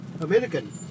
American